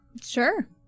Sure